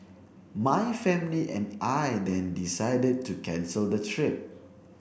my family and I then decided to cancel the trip